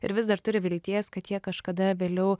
ir vis dar turi vilties kad jie kažkada vėliau